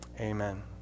amen